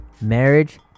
Marriage